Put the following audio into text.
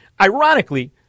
Ironically